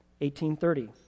1830